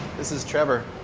this is trevor.